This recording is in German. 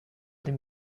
dem